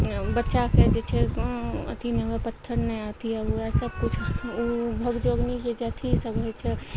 बच्चाके जे छै अथी नहि हुवे पत्थर नहि अथी हुए सबकिछु भगजोगनीके जे अथी सब होइ छै